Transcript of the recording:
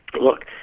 look